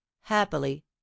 happily